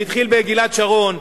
זה התחיל בגלעד שרון,